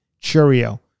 Cheerio